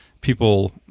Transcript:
people